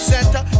Center